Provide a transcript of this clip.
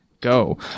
go